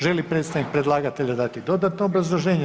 Želi li predstavnik predlagatelja dati dodatno obrazloženje?